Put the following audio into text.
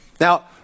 Now